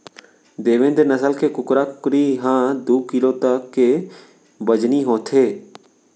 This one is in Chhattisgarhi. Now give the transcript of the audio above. देवेन्द नसल के कुकरा कुकरी ह दू किलो तक के बजनी होथे